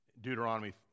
Deuteronomy